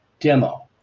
Demo